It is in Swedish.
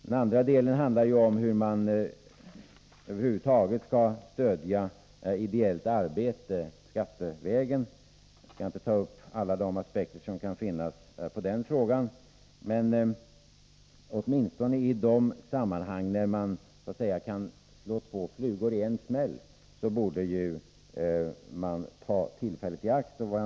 Den andra delen handlar om hur man skattevägen skall stödja ideellt arbete över huvud taget. Jag skall inte ta upp alla de aspekter som kan finnas på den frågan, men åtminstone i de sammanhang där man så att säga kan slå två flugor i en smäll borde man ju ta tillfället i akt.